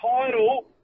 title